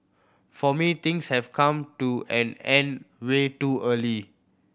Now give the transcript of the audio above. for me things have come to an end way too early